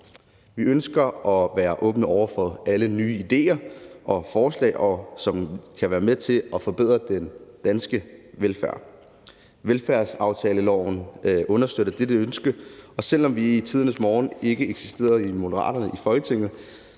Vi ønsker at være åbne over for alle nye idéer og forslag, som kan være med til at forbedre den danske velfærd. Velfærdsaftaleloven understøtter dette ønske, og selv om Moderaterne i tidernes morgen ikke eksisterede i Folketinget,